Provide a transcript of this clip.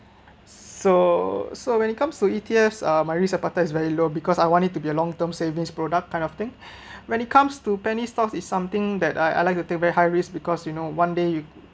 so so when it comes to E_T_F uh my risk appetite is very low because I want it to be a long term savings product kind of thing when it comes to penny stocks is something that I I like to take very high risk because you know one day you